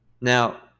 Now